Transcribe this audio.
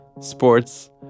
sports